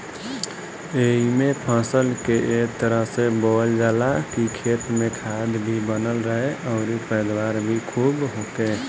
एइमे फसल के ए तरह से बोअल जाला की खेत में खाद भी बनल रहे अउरी पैदावार भी खुब होखे